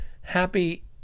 Happy